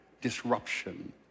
disruption